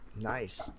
Nice